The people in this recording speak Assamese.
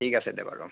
ঠিক আছে দে বাৰু